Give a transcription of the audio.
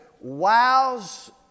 wows